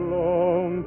long